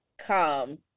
come